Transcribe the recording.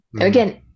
again